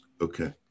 okay